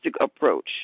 approach